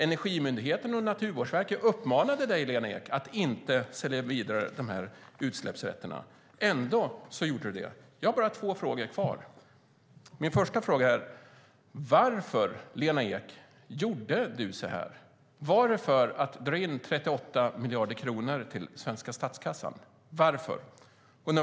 Energimyndigheten och Naturvårdsverket uppmanade dig, Lena Ek, att inte sälja vidare de här utsläppsrätterna. Ändå gjorde du det. Jag har bara två frågor kvar. Min första fråga är: Varför, Lena Ek, gjorde du så här? Var det för att dra in 38 miljoner kronor till svenska statskassan?